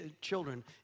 children